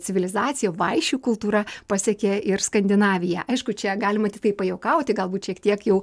civilizacija vaišių kultūra pasiekė ir skandinaviją aišku čia galima tiktai pajuokauti galbūt šiek tiek jau